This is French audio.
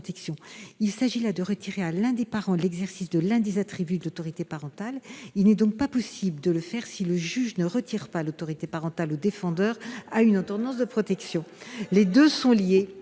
Il s'agit de retirer à l'un des parents l'exercice de l'un des attributs de l'autorité parentale. Il n'est donc pas possible de le faire si le juge ne retire pas l'autorité parentale au défendeur à une ordonnance de protection. Eh bien, voilà,